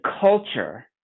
Culture